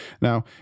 Now